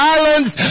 Islands